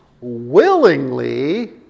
willingly